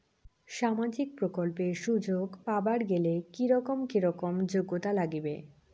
সামাজিক প্রকল্পের সুযোগ পাবার গেলে কি রকম কি রকম যোগ্যতা লাগিবে?